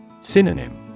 Synonym